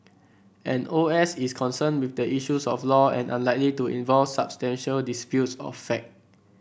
an O S is concerned with the issues of law and unlikely to involve substantial disputes of fact